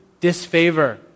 disfavor